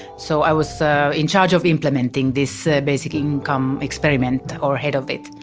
so i was so in charge of implementing this basic income experiment or head of it.